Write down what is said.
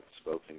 spoken